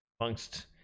amongst